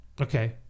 Okay